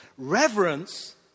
Reverence